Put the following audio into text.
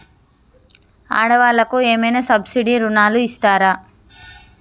ఆడ వాళ్ళకు ఏమైనా సబ్సిడీ రుణాలు ఇస్తారా?